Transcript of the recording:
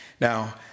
Now